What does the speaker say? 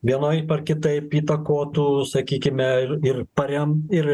vienaip ar kitaip įtakotų sakykime ir ir parem ir